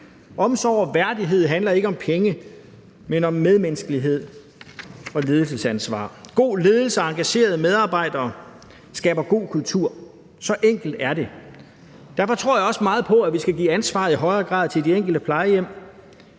Omsorg og værdighed handler ikke om penge, men om medmenneskelighed og ledelsesansvar. God ledelse og engagerede medarbejdere skaber god kultur. Så enkelt er det. Derfor tror jeg også meget på, at vi i højere grad skal give ansvar til de enkelte plejehjem.